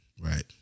Right